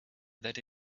that